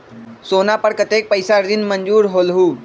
सोना पर कतेक पैसा ऋण मंजूर होलहु?